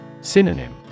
Synonym